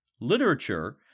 literature